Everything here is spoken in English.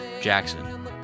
Jackson